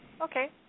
Okay